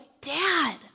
Dad